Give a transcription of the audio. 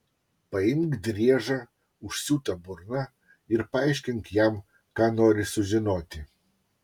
paimk driežą užsiūta burna ir paaiškink jam ką nori sužinoti